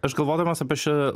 aš galvodamas apie šią